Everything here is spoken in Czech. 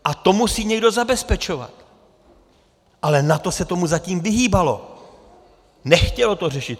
A to musí někdo zabezpečovat, ale NATO se tomu zatím vyhýbalo, nechtělo to řešit.